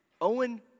Owen